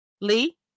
lee